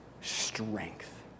strength